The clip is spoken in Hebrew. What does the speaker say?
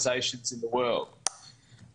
ופציעות קשות שקשורות לכך בשנים האחרונות.